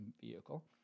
vehicle